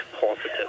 positive